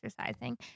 exercising